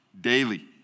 daily